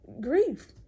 grief